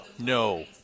No